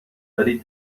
ولی